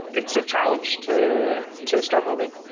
it's a challenge to to start moving.